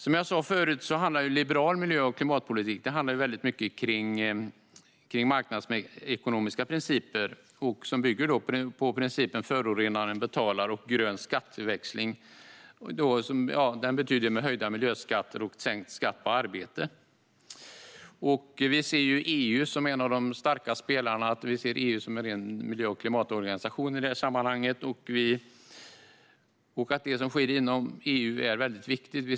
Som jag sa förut handlar liberal miljö och klimatpolitik väldigt mycket om marknadsekonomiska principer som utgår från principerna om att förorenaren betalar och om grön skatteväxling, det vill säga höjda miljöskatter och sänkt skatt på arbete. Vi ser EU som en av de starka spelarna. I detta sammanhang ser vi EU som en ren miljö och klimatorganisation. Det som sker inom EU är väldigt viktigt.